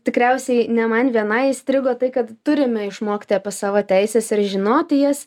tikriausiai ne man vienai įstrigo tai kad turime išmokti apie savo teises ir žinoti jas